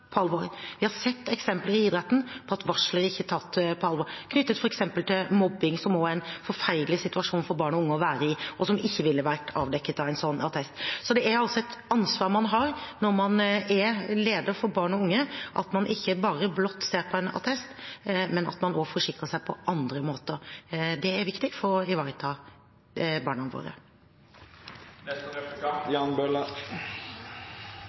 på alvor. Vi har sett eksempler i idretten på at varsler ikke er tatt på alvor, knyttet f.eks. til mobbing, som også er en forferdelig situasjon for barn og unge å være i, og som ikke ville vært avdekket av en sånn attest. Så man har altså et ansvar når man er leder for barn og unge – at man ikke blott ser på en attest, men også forsikrer seg på andre måter. Det er viktig for å ivareta barna